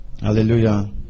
Hallelujah